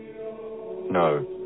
No